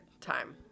time